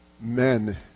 men